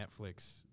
Netflix